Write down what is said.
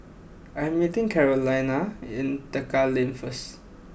I am meeting Carolina in Tekka Lane first